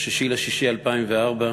ב-6 ביוני 2004,